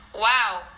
Wow